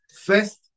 First